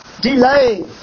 delay